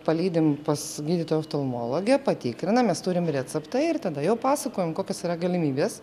palydim pas gydytoją oftalmologę patikrina mes turim receptą ir tada jau pasakojam kokios yra galimybės